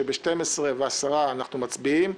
שב-12:10 אנחנו מצביעים.